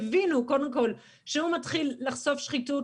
הבינו קודם כל שהוא מתחיל לחשוף שחיתות,